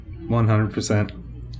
100%